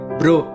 bro